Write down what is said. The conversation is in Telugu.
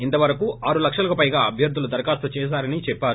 ఇంతవరకూ ఆరు లక్షలకు పైగా అభ్యర్థులు దరఖాస్తు చేశారని చెప్పారు